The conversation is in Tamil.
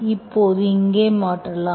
இப்போது இதை இங்கே மாற்றலாம்